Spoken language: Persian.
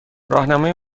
راهنمای